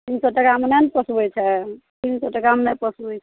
तीन सओ टकामे नहि ने पोसबै छै तीन सओ टकामे नहि पोसबै छै